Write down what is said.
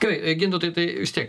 tai gintautai tai vis tiek